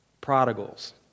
prodigals